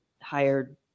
hired